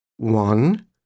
One